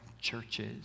churches